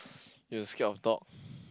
you scared of dog